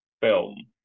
film